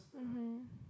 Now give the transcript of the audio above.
mmhmm